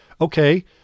okay